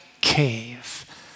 cave